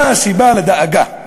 מה הסיבה לדאגה?